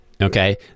Okay